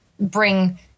bring